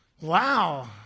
wow